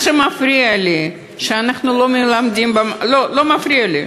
מה שמפריע לי, שאנחנו לא מלמדים, לא מפריע?